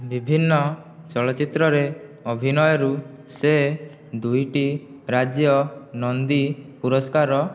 ବିଭିନ୍ନ ଚଳଚ୍ଚିତ୍ରରେ ଅଭିନୟରୁ ସେ ଦୁଇଟି ରାଜ୍ୟ ନନ୍ଦୀ ପୁରସ୍କାର